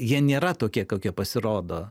jie nėra tokie kokie pasirodo